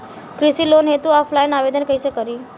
कृषि लोन हेतू ऑफलाइन आवेदन कइसे करि?